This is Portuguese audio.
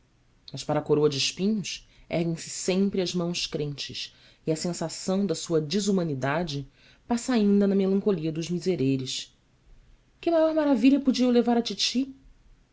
mas para a coroa de espinhos erguem-se sempre as mãos crentes e a sensação da sua desumanidade passa ainda na melancolia dos misereres que maior maravilha podia eu levar à titi